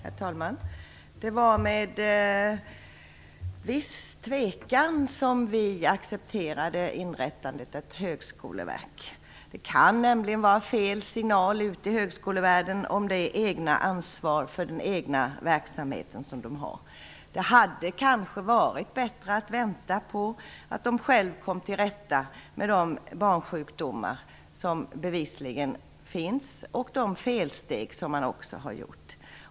Herr talman! Det var med viss tvekan som vi accepterade inrättandet av ett högskoleverk. Det kan nämligen vara fel signal ut i högskolevärlden om det egna ansvaret för den egna verksamheten. Det hade kanske varit bättre att vänta på att de själva kom till rätta med de barnsjukdomar som bevisligen finns och de felsteg som man också har gjort.